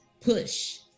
push